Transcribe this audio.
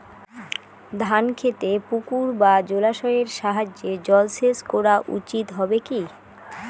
ধান খেতে পুকুর বা জলাশয়ের সাহায্যে জলসেচ করা উচিৎ হবে কি?